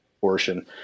portion